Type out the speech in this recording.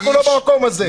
אנחנו לא במקום הזה.